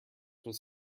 was